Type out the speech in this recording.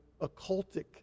occultic